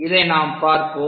இதை நாம் பார்ப்போம்